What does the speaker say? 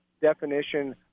definition